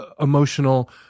emotional